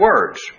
words